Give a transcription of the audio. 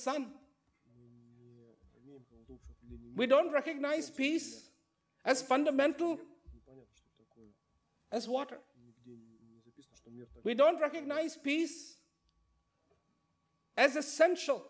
sum we don't recognize peace as fundamental as water we don't recognize peace as essential